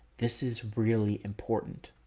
this is really important,